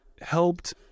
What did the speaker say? Helped